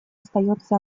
остается